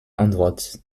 antwort